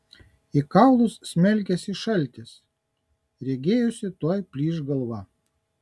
į kaulus smelkėsi šaltis regėjosi tuoj plyš galva